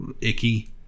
icky